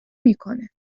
میکنه